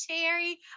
cherry